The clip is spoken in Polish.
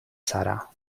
sara